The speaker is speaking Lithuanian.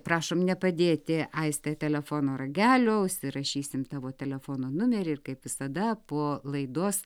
prašom nepadėti aiste telefono ragelio užsirašysim tavo telefono numerį ir kaip visada po laidos